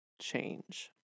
change